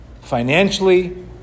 financially